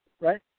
right